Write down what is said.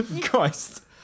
Christ